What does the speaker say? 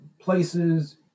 places